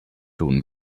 tun